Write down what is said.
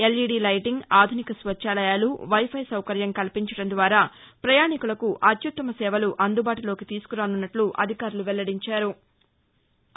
LED lighting ఆధునిక స్వచ్చాలయాలు wifi సౌకర్యం కల్పించటం ద్వారా ప్రయాణికులకు అత్యత్తమ సేవలు అందుబాటులోకి తీసుకురానున్నట్లు అధికారులు వెల్లడించారు